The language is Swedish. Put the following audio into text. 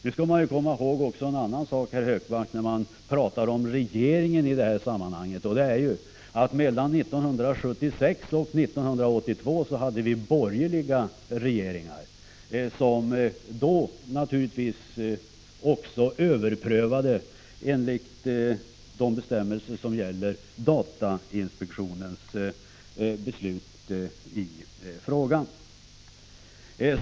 Man skall också komma ihåg en annan sak, herr Hökmark, när man i detta sammanhang talar om regeringen, nämligen att vi under åren 1976-1982 hade borgerliga regeringar. Dessa regeringar överprövade naturligtvis ärendena i enlighet med de bestämmelser som gäller datainspektionens beslut.